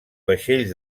vaixells